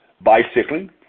Bicycling